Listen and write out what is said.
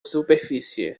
superfície